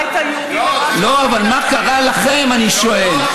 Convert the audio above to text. הבית הלאומי למשהו, אבל מה קרה לכם, אני שואל.